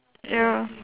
ya